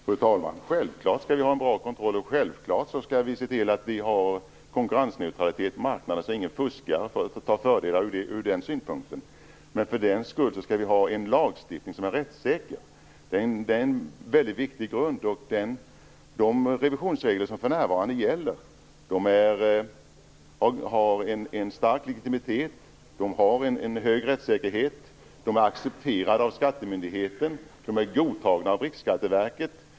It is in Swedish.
Fru talman! Självklart skall vi ha en bra kontroll, och självklart skall vi se till att vi har konkurrensneutralitet på marknaden så att ingen fuskar och tar fördelar ur den synpunkten. Men för den skull skall vi ha en lagstiftning som är rättssäker. Det är en väldigt viktig grund. De revisionsregler som för närvarande gäller har en stark legitimitet, innebär en hög rättssäkerhet, är accepterade av skattemyndigheten, är godtagna av Riksskatteverket.